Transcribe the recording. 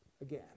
Again